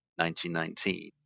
1919